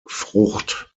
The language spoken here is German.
frucht